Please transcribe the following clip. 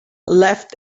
left